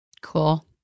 Cool